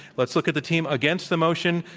let's look at the team against the motion.